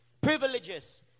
privileges